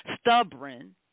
stubborn